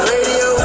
Radio